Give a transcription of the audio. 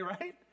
right